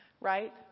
Right